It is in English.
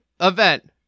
event